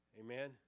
Amen